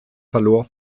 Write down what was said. verlor